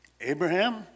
Abraham